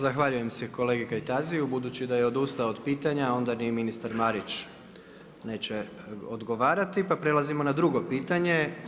Zahvaljujem se kolegi Kajtaziju, budući da je odustao od pitanja, onda ni ministar Marić, neće odgovarati, pa prelazimo na drugo pitanje.